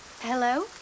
hello